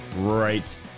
right